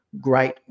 great